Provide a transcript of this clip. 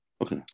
Okay